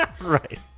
right